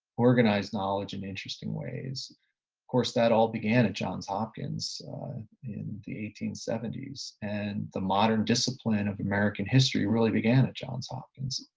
organize knowledge in interesting ways. of course, that all began at johns hopkins in the eighteen seventy s and the modern discipline of american history really began at johns hopkins.